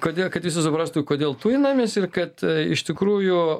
todėl kad visi suprastų kodėl tujinamės ir kad iš tikrųjų